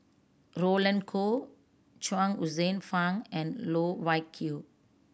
Roland Goh Chuang Hsueh Fang and Loh Wai Kiew